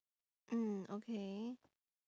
mm okay